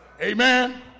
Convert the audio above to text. Amen